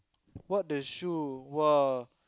what the shoe !wah!